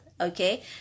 okay